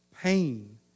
Pain